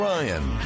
Ryan